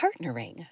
partnering